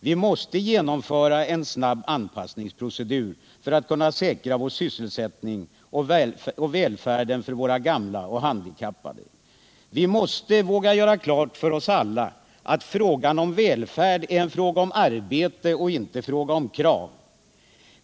Vi måste genomföra en snabb anpassningsprocess för att kunna säkra vår sysselsättning och välfärden för våra gamla och handikappade. Vi måste göra klart för oss alla att frågan om välfärd är en fråga om arbete och inte en fråga om krav.